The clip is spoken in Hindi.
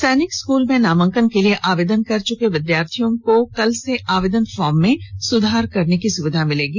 सैनिक स्कूल में नामांकन के लिए आवेदन कर चुके विद्यार्थियों को कल से आवेदन फॉर्म में सुधार करने की सुविधा मिलेगी